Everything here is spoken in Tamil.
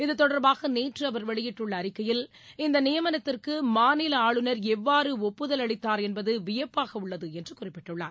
இத்தொடர்பாக நேற்று அவர் வெளியிட்டுள்ள அறிக்கையில் இந்த நியமனத்திற்கு மாநில ஆளுநர் எவ்வாறு ஒப்புதல் அளித்தார் என்பது வியப்பாக உள்ளது என்று குறிப்பிட்டுள்ளார்